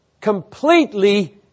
completely